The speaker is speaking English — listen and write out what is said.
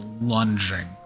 lunging